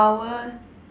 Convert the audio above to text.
power